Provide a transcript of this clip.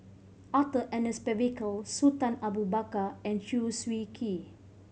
Arthur Ernest Percival Sultan Abu Bakar and Chew Swee Kee